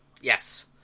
Yes